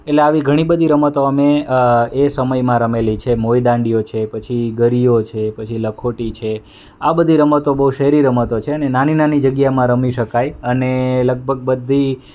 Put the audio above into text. એટલે આવી ઘણી બધી રમતો અમે એ સમયમાં રમેલી છે મોઇ દાંડિયો છે પછી ગરિયો છે પછી લખોટી છે આ બધી રમતો બહુ શહેરી રમતો છે અને નાની જગ્યાએ રમી શકાય અને લગભગ બધી